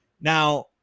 now